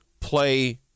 play